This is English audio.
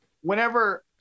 Whenever